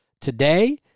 today